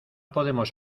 podemos